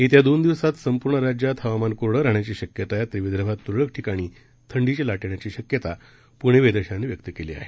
येत्या दोन दिवसात संपूर्ण राज्यात हवामान कोरडं राहण्याची शक्यता आहे तर विदर्भात त्रळक ठिकाणी थंडीची लाट येण्याची शक्यता प्णे वेधशाळेनं वर्तवली आहे